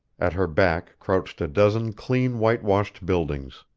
at her back crouched a dozen clean whitewashed buildings.